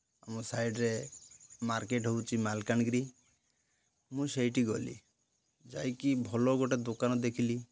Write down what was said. ଆମ ସାଇଡ଼୍ରେ ମାର୍କେଟ୍ ହେଉଛି ମାଲକାନଗିରି ମୁଁ ସେଇଠି ଗଲି ଯାଇକି ଭଲ ଗୋଟେ ଦୋକାନ ଦେଖିଲି